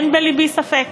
אין בלבי ספק.